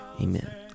Amen